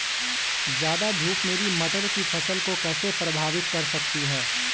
ज़्यादा धूप मेरी मटर की फसल को कैसे प्रभावित कर सकती है?